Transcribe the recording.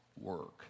work